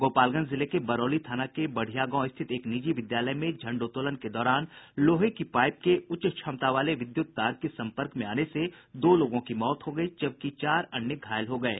गोपालगंज जिले के बरौली थाना के बढ़िया गांव स्थित एक निजी विद्यालय में झंडोत्तोलन के दौरान लोहे की पाईप के उच्च क्षमता वाले विद्युत तार के सम्पर्क में आने से दो लोगों की मौत हो गयी जबकि चार अन्य घायल हो गये